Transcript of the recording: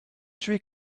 three